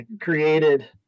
created